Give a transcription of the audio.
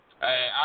Hey